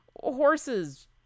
horses